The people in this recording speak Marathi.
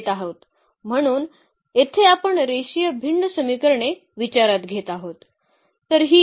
म्हणून येथे आपण रेषीय भिन्न समीकरणे विचारात घेत आहोत